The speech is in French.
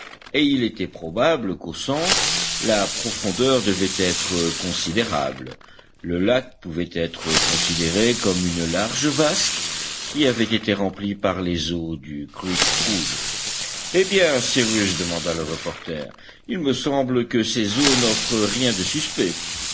et il était probable qu'au centre la profondeur devait être considérable le lac pouvait être considéré comme une large vasque qui avait été remplie par les eaux du creek rouge eh bien cyrus demanda le reporter il me semble que ces eaux n'offrent rien de suspect